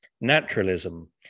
naturalism